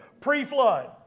pre-flood